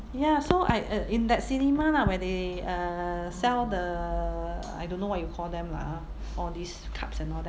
ya so I uh in that cinema lah where they err sell the I don't know what you call them lah ah all these cups and all that